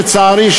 לצערי,